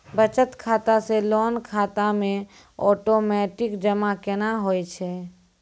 बचत खाता से लोन खाता मे ओटोमेटिक जमा केना होय छै?